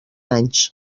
anys